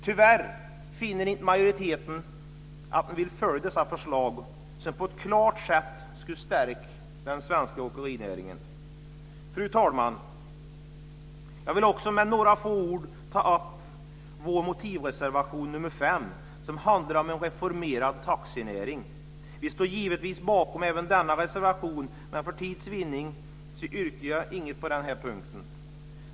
Tyvärr finner inte majoriteten att man vill följa dessa förslag, som på ett klart sätt skulle stärka den svenska åkerinäringen. Fru talman! Jag vill också med några få ord ta upp vår motivreservation nr 4, som handlar om en reformerad taxinäring. Vi står givetvis bakom även denna reservation, men för tids vinning yrkar jag inget på denna punkt.